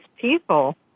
people